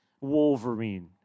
Wolverine